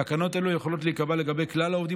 תקנות אלו יכולות להיקבע לגבי כלל העובדים